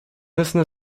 müssen